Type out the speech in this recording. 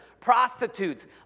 prostitutes